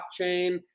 blockchain